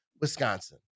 Wisconsin